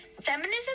Feminism